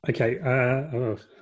okay